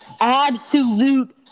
absolute